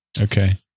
Okay